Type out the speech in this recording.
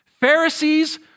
Pharisees